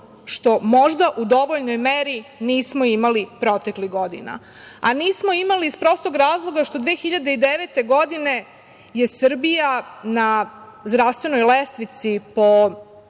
što možda u dovoljnoj meri nismo imali proteklih godina. Nismo imali iz prostog razloga što 2009. godine je Srbija na zdravstvenoj lestvici po